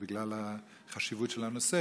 בגלל החשיבות של הנושא,